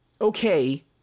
okay